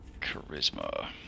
Charisma